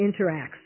interacts